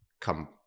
come